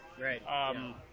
right